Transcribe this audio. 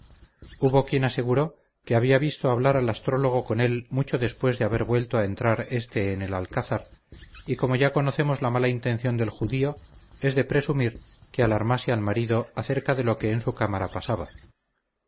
hubo quien aseguró que había visto hablar al astrólogo con él mucho después de haber vuelto a entrar éste en el alcázar y como ya conocemos la mala intención del judío es de presumir que alarmase al marido acerca de lo que en su cámara pasaba